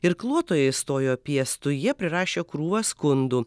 irkluotojai stojo piestu jie prirašė krūvą skundų